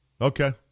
Okay